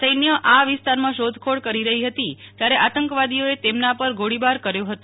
સૈન્ય આ વિસ્તારમાં શોધખોળ કરી રહી હતી ત્યારે આતંકવાદીઓએ તેમના પર ગોળીબાર કર્યો હતો